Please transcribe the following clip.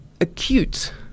acute